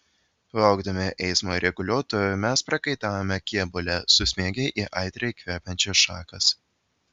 laukdami eismo reguliuotojo mes prakaitavome kėbule susmegę į aitriai kvepiančias šakas